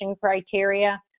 criteria